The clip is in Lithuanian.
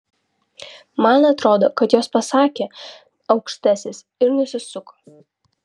man atrodo kad jos pasakė aukštasis ir nusisuko